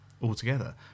altogether